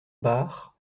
bar